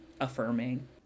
affirming